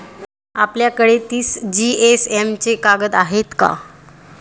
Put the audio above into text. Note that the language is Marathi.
आपल्याकडे तीस जीएसएम चे कागद आहेत का?